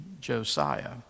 Josiah